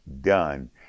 done